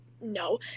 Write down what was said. No